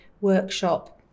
workshop